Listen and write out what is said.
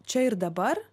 čia ir dabar